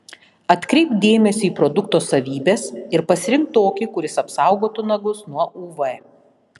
atkreipk dėmesį į produkto savybes ir pasirink tokį kuris apsaugotų nagus nuo uv